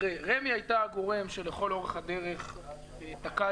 רמ"י הייתה הגורם שלכל אורך הדרך תקעה